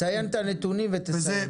תסיים את הנתונים ותסיים.